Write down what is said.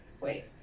Wait